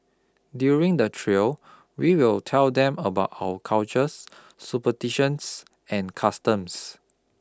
during the trail we will tell them about our cultures superstitions and customs